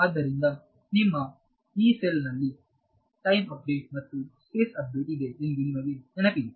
ಆದ್ದರಿಂದ ನಿಮ್ಮ ಯೀಸೆಲ್ ನಲ್ಲಿ ಟೈಮ್ ಅಪ್ಡೇಟ್ ಮತ್ತು ಸ್ಪೇಸ್ ಅಪ್ಡೇಟ್ ಇದೆ ಎಂದು ನಿಮಗೆ ನೆನಪಿದೆ